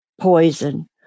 poison